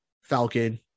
falcon